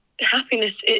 happiness